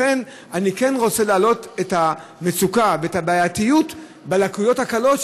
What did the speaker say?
לכן אני כן רוצה להעלות את המצוקה ואת הבעייתיות בלקויות הקלות,